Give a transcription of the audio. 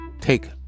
Take